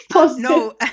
no